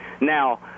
Now